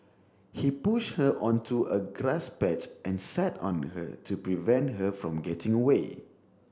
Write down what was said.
he pushed her onto a grass patch and sat on her to prevent her from getting away